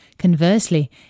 Conversely